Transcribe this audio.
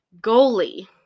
goalie